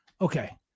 Okay